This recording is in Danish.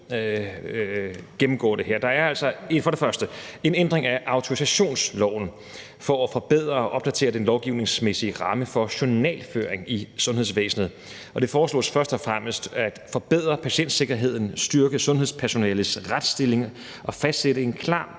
gennemgå det her. Der er altså for det første en ændring af autorisationsloven for at forbedre og opdatere den lovgivningsmæssige ramme for journalføring i sundhedsvæsenet. Det foreslås først og fremmest at forbedre patientsikkerheden, styrke sundhedspersonalets retsstilling og fastsætte en klar